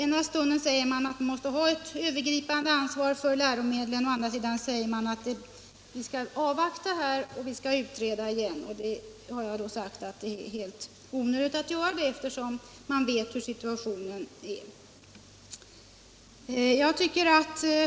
Ena stunden säger man att staten måste ha ett övergripande ansvar för läromedlen, och den andra säger man att vi bör avvakta och utreda frågan ytterligare, vilket jag anser vara helt onödigt eftersom vi ju vet hur situationen är.